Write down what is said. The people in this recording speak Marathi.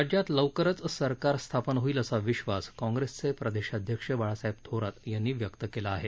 राज्यात लवकरच सरकार स्थापन होईल असा विधास कॉप्रेसचे प्रदेशाध्यक्ष बाळासाहेब थोरात यांनी व्यक्त केला आहे